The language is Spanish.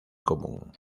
común